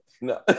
No